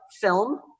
film